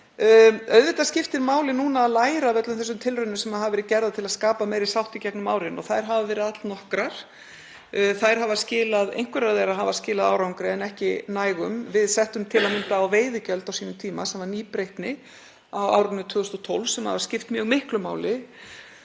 Auðvitað skiptir máli núna að læra af öllum þessum tilraunum sem hafa verið gerðar til að skapa meiri sátt í gegnum árin og þær hafa verið allnokkrar. Einhverjar þeirra hafa skilað árangri en ekki nægum. Við settum til að mynda á veiðigjöld á sínum tíma, á árinu 2012, sem var nýbreytni, sem hafa skipt mjög miklu máli.